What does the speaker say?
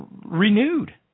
renewed